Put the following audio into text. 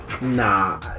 Nah